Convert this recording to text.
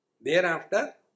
Thereafter